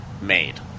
made